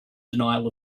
denial